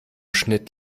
schnitt